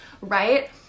right